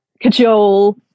cajole